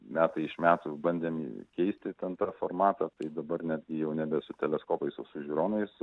metai iš metų bandėm keisti ten tą formatą tai dabar netgi jau nebe su teleskopais o su žiūronais